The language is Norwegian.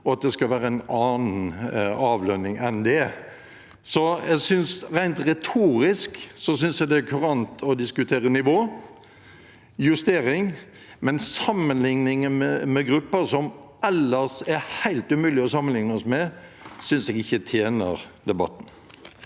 og at det skal være en annen avlønning enn det. Så rent retorisk synes jeg det er kurant å diskutere nivå og justering, men sammenligningen med grupper som ellers er helt umulig å sammenligne oss med, synes jeg ikke tjener debatten.